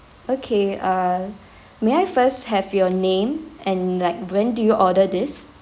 okay err may I first have your name and like when do you order this